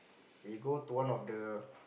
we go to one of the